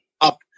up